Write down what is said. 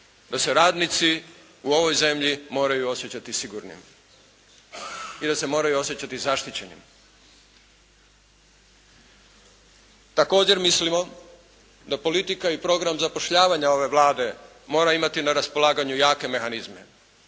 da se radnici u ovoj zemlji moraju osjećati sigurnima i da se moraju osjećati zaštićenima. Također mislimo da politika i program zapošljavanja ove Vlade mora imati na raspolaganju jake mehanizme,